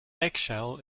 eggshell